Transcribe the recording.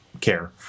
care